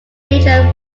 nature